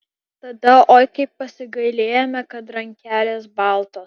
tada oi kaip pasigailėjome kad rankelės baltos